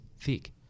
thick